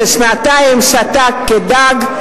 ששנתיים שתקה כדג.